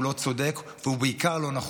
הוא לא רלוונטי והוא לא צודק, והוא בעיקר לא נחוץ.